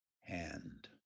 hand